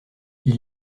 ils